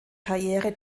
karriere